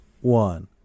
one